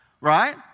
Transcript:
right